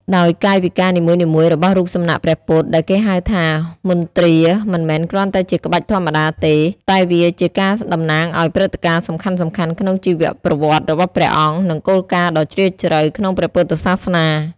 ដោយកាយវិការនីមួយៗរបស់រូបសំណាកព្រះពុទ្ធ ដែលគេហៅថា មុទ្រាមិនមែនគ្រាន់តែជាក្បាច់ធម្មតាទេ តែវាជាការតំណាងឱ្យព្រឹត្តិការណ៍សំខាន់ៗក្នុងជីវប្រវត្តិរបស់ព្រះអង្គ និងគោលការណ៍ដ៏ជ្រាលជ្រៅក្នុងព្រះពុទ្ធសាសនា។